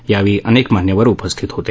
यावेळी अनेक मान्यवर यपस्थित होते